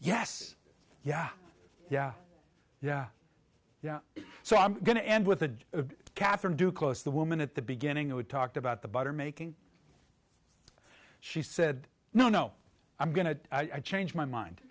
yes yeah yeah yeah yeah so i'm going to end with a katherine do close the woman at the beginning and talked about the butter making she said no no i'm going to change my